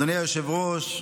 אדוני היושב-ראש,